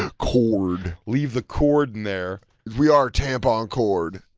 ah cord. leave the cord in there. we are tampon cord.